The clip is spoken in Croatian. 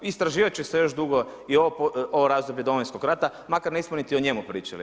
Istraživat će se još dugo i ovo razdoblje Domovinskog rata, makar nismo niti o njemu pričali.